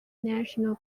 national